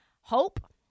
Hope